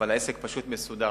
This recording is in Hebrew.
אבל העסק פשוט מסודר.